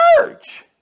church